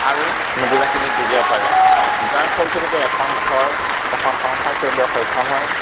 আৰু নুবুজাখিনি বুজিব পাৰে যাৰ ফলস্বৰূপে এখন ঘৰ এখন সংসাৰ চলিবলৈ সক্ষম হয়